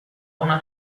una